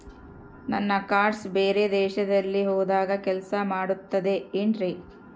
ನನ್ನ ಕಾರ್ಡ್ಸ್ ಬೇರೆ ದೇಶದಲ್ಲಿ ಹೋದಾಗ ಕೆಲಸ ಮಾಡುತ್ತದೆ ಏನ್ರಿ?